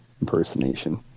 impersonation